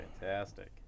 fantastic